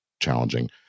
challenging